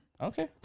Okay